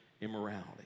immorality